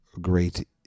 great